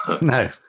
no